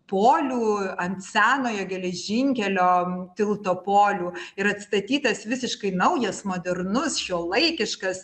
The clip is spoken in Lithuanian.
polių ant senojo geležinkelio tilto polių ir atstatytas visiškai naujas modernus šiuolaikiškas